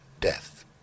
death